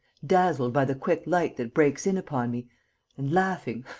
dazzled by the quick light that breaks in upon me and laughing,